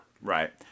Right